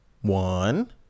one